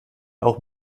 auch